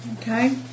okay